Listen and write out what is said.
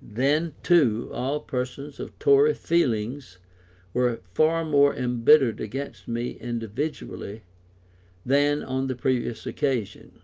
then, too, all persons of tory feelings were far more embittered against me individually than on the previous occasion